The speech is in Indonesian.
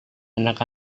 anak